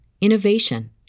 innovation